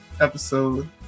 Episode